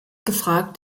gefragt